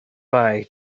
bye